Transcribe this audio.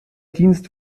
dienst